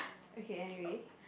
okay anyway